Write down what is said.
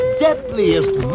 deadliest